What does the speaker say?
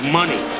money